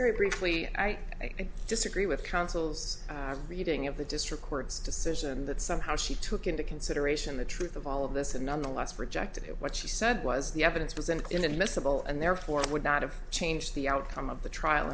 very briefly i disagree with counsel's reading of the district court's decision that somehow she took into consideration the truth of all of this and nonetheless rejected it what she said was the evidence was an inadmissible and therefore it would not have changed the outcome of the trial